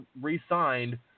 re-signed